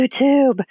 YouTube